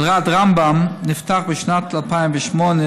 מלר"ד רמב"ם נפתח בשנת 2008,